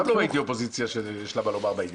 אבל גם עכשיו לא ראיתי אופוזיציה שיש לה מה לומר בעניין.